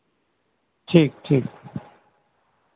ᱴᱷᱤᱠ ᱴᱷᱤᱠ